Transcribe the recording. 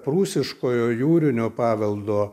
prūsiškojo jūrinio paveldo